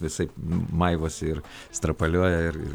visaip maivosi ir strapalioja ir